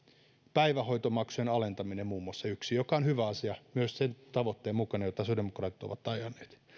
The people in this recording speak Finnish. päivähoitomaksujen alentaminen on muun muassa yksi joka on hyvä asia ja myös sen tavoitteen mukainen jota sosiaalidemokraatit ovat ajaneet